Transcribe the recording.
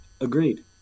Agreed